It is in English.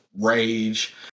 rage